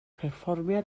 perfformiad